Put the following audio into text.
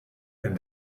and